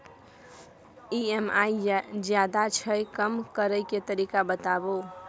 EMI ज्यादा छै कम करै के तरीका बताबू?